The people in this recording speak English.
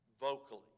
vocally